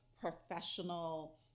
professional